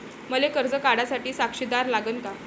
मले कर्ज काढा साठी साक्षीदार लागन का?